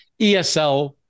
ESL